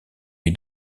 lui